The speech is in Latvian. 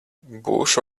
būšu